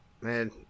Man